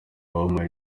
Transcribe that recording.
wampaye